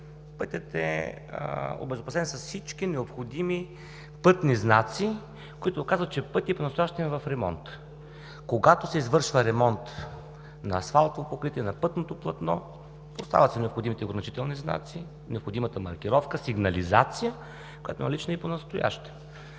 пътят е обезопасен с всички необходими пътни знаци, които указват, че пътят понастоящем е в ремонт. Когато се извършва ремонт на асфалтово покритие на пътното платно, поставят се необходимите ограничителни знаци, необходимата маркировка, сигнализация, която е налична и понастоящем.